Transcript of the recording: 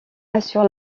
assure